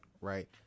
right